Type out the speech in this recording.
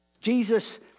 Jesus